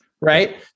right